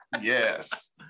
Yes